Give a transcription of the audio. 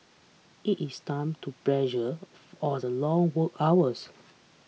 is it time to pressure the long work hours